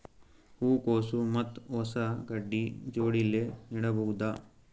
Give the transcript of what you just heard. ಹೂ ಕೊಸು ಮತ್ ಕೊಸ ಗಡ್ಡಿ ಜೋಡಿಲ್ಲೆ ನೇಡಬಹ್ದ?